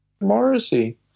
Morrissey